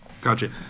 Gotcha